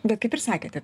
bet kaip ir sakėte